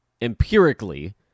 empirically